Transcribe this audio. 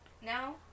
now